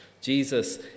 Jesus